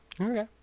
okay